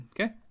Okay